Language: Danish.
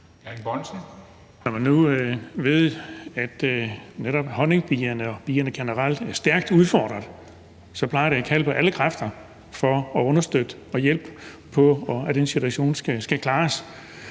Når man nu ved, at netop honningbierne og bierne generelt er stærkt udfordret, plejer det at kalde på alle kræfter for at understøtte og hjælpe på den situation, så den klares.